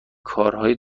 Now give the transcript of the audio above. کارهای